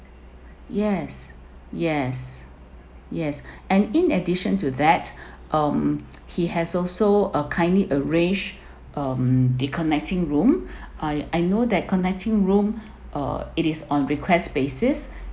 yes yes yes and in addition to that um he has also uh kindly arrange um the connecting room I I know that connecting room uh it is on requests basis